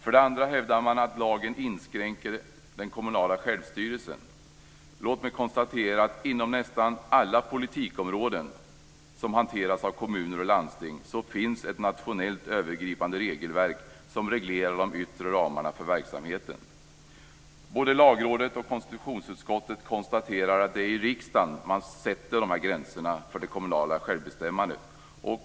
Sedan hävdar man att lagen inskränker den kommunala självstyrelsen. Låt mig konstatera att inom nästan alla politikområden som hanteras av kommuner och landsting finns ett nationellt övergripande regelverk som reglerar de yttre ramarna för verksamheten. Både Lagrådet och konstitutionsutskottet konstaterar att det är i riksdagen man sätter gränserna för det kommunala självbestämmandet.